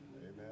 Amen